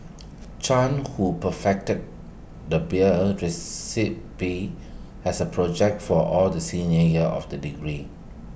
chan who perfected the beer recipe as A project for all the senior year of the degree